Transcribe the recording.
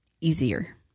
easier